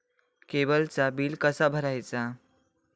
केबलचा बिल कसा भरायचा?